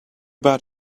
bad